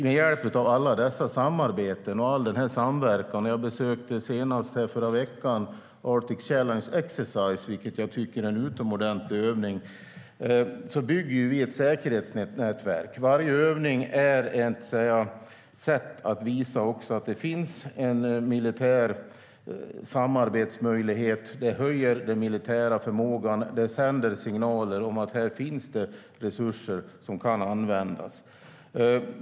Med hjälp av alla samarbeten och all samverkan - senast förra veckan besökte jag Arctic Challenge Exercise, vilket jag tycker är en utomordentlig övning - bygger vi ett säkerhetsnätverk. Varje övning är ett sätt att visa att det finns en militär samarbetsmöjlighet. Det höjer den militära förmågan och sänder signalen om att det här finns resurser som kan användas.